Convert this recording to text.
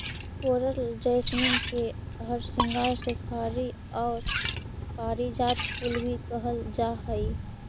कोरल jasmine के हरसिंगार शेफाली आउ पारिजात फूल भी कहल जा हई